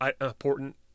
important